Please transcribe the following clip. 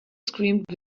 screamed